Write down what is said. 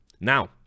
Now